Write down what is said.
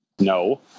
No